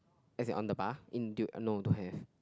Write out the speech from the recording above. as in on the bar into or no to there